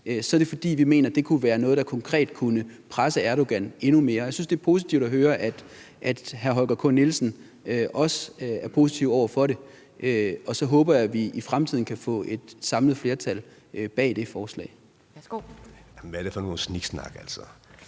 er det, fordi vi mener, det kunne være noget, der konkret kunne presse Erdogan endnu mere. Jeg synes, det er positivt at høre, at hr. Holger K. Nielsen også er positiv over for det, og så håber jeg, vi i fremtiden kan få samlet et flertal bag det forslag. Kl. 14:12 Formanden (Pia